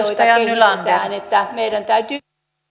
ja videoita kehitetään meidän täytyy